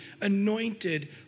anointed